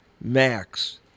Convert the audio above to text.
max